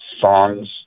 songs